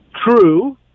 True